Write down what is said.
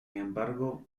embargo